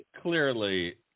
clearly